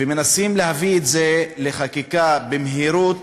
ומנסים להביא את זה לחקיקה במהירות,